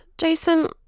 Jason